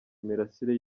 imirasire